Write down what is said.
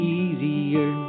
easier